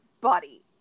buddy